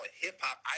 hip-hop